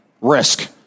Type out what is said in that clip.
Risk